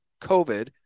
COVID